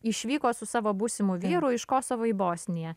išvyko su savo būsimu vyru iš kosovo į bosniją